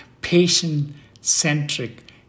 patient-centric